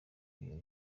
kwihera